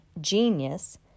genius